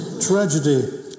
Tragedy